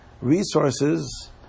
resources